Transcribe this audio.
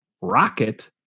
Rocket